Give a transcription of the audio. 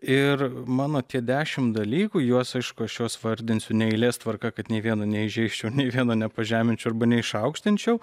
ir mano tie dešimt dalykų juos aišku aš juos vardinsiu ne eilės tvarka kad nė vieno neįžeisčiau nei vieno nepažeminčiau arba neišaukštinčiau